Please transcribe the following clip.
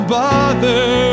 bother